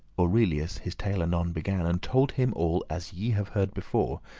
aurelius his tale anon began, and told him all as ye have heard before,